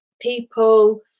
people